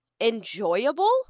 enjoyable